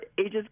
ages